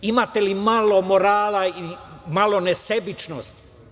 Imate li malo morala i malo nesebičnosti?